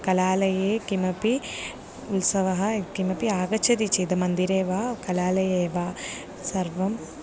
कलालये किमपि उत्सवः किमपि आगच्छति चेद् मन्दिरे वा कलालये वा सर्वम्